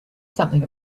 something